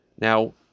Now